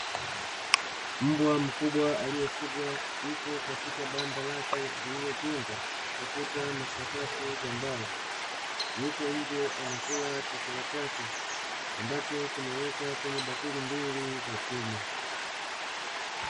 Mbwa mkubwa aliyefugwa yupo katika banda lake lililojengwa kwa kuta na sakafu za mbao yupo nje anakula chakula chake ambacho kimewekwa kwenye bakuli mbili za chuma.